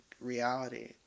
reality